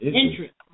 interest